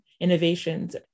innovations